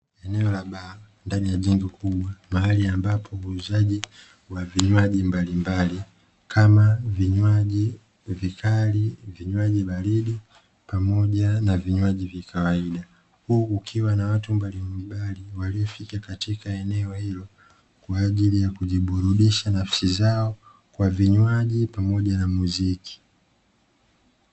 Eneo la baa ndani ya jengo kubwa mahali ambapo muuzaji wa vinywaji mbalimbali kama vinywaji vikali, vinywaji vya baridi pamoja na vinywaji vya kawaida huku kukiwa na watu mbalimbali waliofika katika eneo hili kwa ajili ya kujiburudisha nafsi zao kwa vinywaji pamoja na muziki.